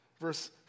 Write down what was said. Verse